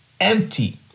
empty